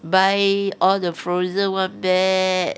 buy all the frozen [one] there